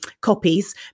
copies